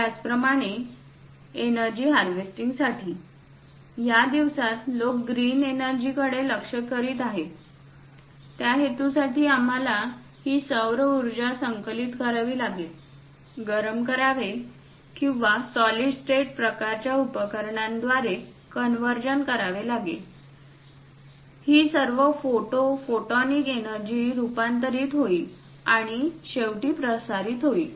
त्याचप्रमाणे energy harvesting साठी या दिवसात लोक ग्रीन एनर्जी कडे लक्ष्य करीत आहेत त्या हेतूसाठी आम्हाला ही सौर उर्जा संकलित करावी लागेल पॅनेल गरम करावे किंवा सॉलिड स्टेट प्रकारच्या उपकरणांद्वारे कन्वर्जन करावे लागेल ही सर्व फोटो फोटॉनिक एनर्जी रूपांतरित होईल आणि शेवटी प्रसारित होईल